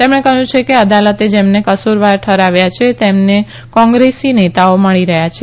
તેમણે કહયું છે કે અદાલતે જેમને કસુરવાર ઠરાવ્યા છે તેમને કોંગ્રેસી નેતાઓ મળી રહ્યાં છે